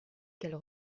qu’elle